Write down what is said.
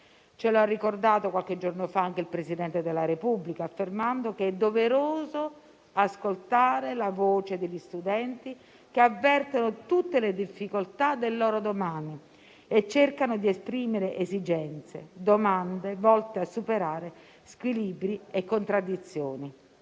Ce lo ha ricordato qualche giorno fa anche il Presidente della Repubblica, affermando che è doveroso ascoltare la voce degli studenti che avvertono tutte le difficoltà del loro domani e cercano di esprimere esigenze e domande volte a superare squilibri e contraddizioni.